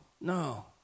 no